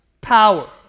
power